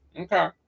okay